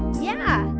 yeah,